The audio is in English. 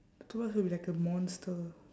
the toothbrush would be like a monster